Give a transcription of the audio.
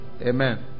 Amen